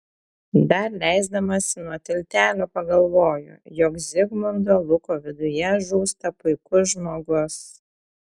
dar leisdamasi nuo tiltelio pagalvoju jog zigmundo luko viduje žūsta puikus žmogus